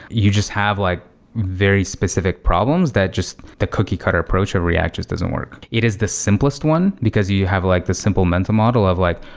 you just have like very specific problems that just the cookie-cutter approach of react just doesn't work. it is the simplest one, because you have like the simple mental model of like,